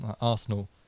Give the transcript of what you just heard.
Arsenal